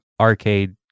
arcade